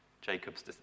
Jacob's